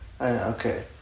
Okay